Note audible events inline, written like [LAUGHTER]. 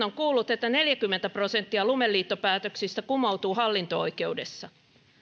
[UNINTELLIGIBLE] on kuullut että neljäkymmentä prosenttia lumeliittopäätöksistä kumoutuu hallinto oikeudessa